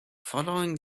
following